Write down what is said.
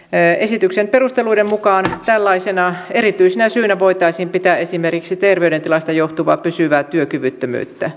esityksen perusteluiden mukaan tällaisena erityisenä syynä voitaisiin pitää esimerkiksi terveydentilasta johtuvaa pysyvää työkyvyttömyyttä